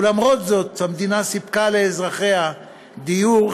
ולמרות זאת המדינה סיפקה לאזרחיה דיור,